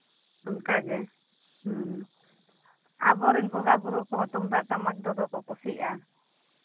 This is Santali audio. ᱚᱱᱠᱟᱜᱮ ᱦᱮᱸ ᱟᱵᱚᱨᱮᱱ ᱵᱚᱸᱜᱟᱼᱵᱩᱨᱩ ᱠᱚᱦᱚᱸ ᱛᱩᱢᱫᱟᱜ ᱴᱟᱢᱟᱠ ᱛᱮᱫᱚ ᱠᱚ ᱠᱩᱥᱤᱜᱼᱟ